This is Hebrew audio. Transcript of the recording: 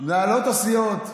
מנהלות הסיעות,